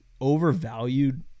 overvalued